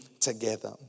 together